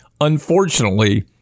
Unfortunately